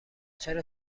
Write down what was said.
چرا